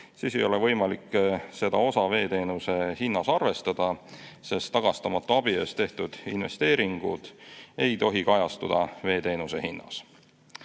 siis ei ole võimalik seda osa veeteenuse hinnas arvestada, sest tagastamatu abi eest tehtud investeeringud ei tohi kajastuda veeteenuse hinnas.